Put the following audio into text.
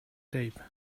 tape